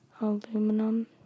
Aluminum